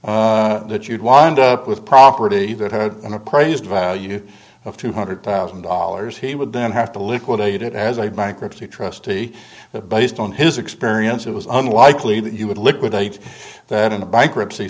that you'd wind up with property that had been appraised value of two hundred thousand dollars he would then have to liquidate it as a bankruptcy trustee the based on his experience it was unlikely that you would liquidate that in a bankruptcy